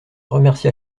remercia